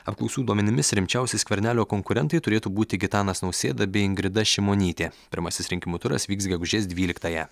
apklausų duomenimis rimčiausi skvernelio konkurentai turėtų būti gitanas nausėda bei ingrida šimonytė pirmasis rinkimų turas vyks gegužės dvyliktąją